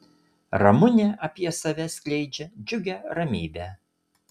ramunė apie save skleidžia džiugią ramybę